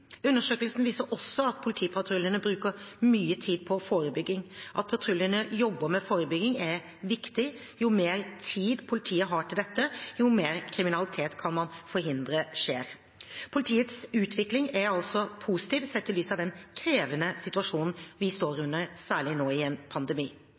Undersøkelsen viser også at politipatruljene bruker mye tid på forebygging. At patruljene jobber med forebygging, er viktig. Jo mer tid politiet har til dette, jo mer kriminalitet kan man forhindre skjer. Politiets utvikling er positiv sett i lys av den krevende situasjonen vi står